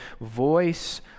voice